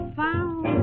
found